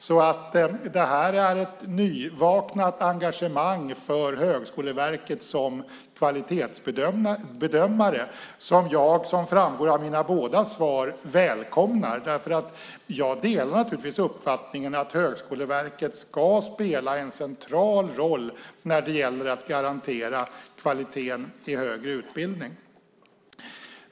Så det här är ett nyvaknat engagemang för Högskoleverket som kvalitetsbedömare som jag, vilket framgår av mina båda svar, välkomnar eftersom jag naturligtvis delar uppfattningen att Högskoleverket ska spela en central roll när det gäller att garantera kvaliteten i högre utbildning.